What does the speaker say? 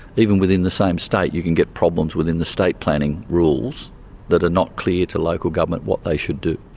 even within the same state you can get problems within the state planning rules that are not clear to local government what they should do.